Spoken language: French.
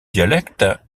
dialecte